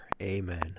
Amen